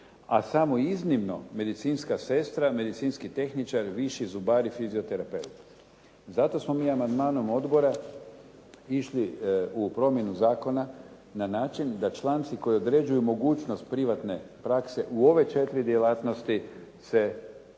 a samo iznimno medicinska sestra, medicinski tehničar, viši zubar i fizioterapeut. Zato smo mi amandmanom odbora išli u promjenu zakona na način da članci koji određuju mogućnost privatne prakse u ove četiri djelatnosti se